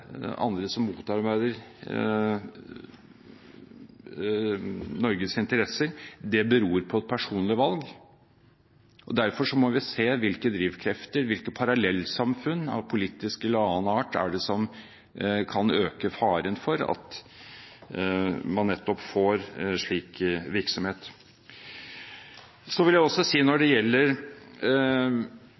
som motarbeider Norges interesser, beror på et personlig valg. Derfor må vi se hvilke drivkrefter, hvilke parallellsamfunn – av politisk eller annen art – som kan øke faren for at man får nettopp slik virksomhet.